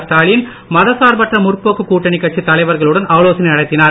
ஸ்டாலின் மதசார்பற்ற முற்போக்கு கூட்டணி கட்சி தலைவர்களுடன் ஆலோசனை நடத்தினார்